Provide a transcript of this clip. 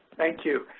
thank you.